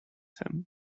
him